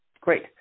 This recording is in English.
great